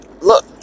Look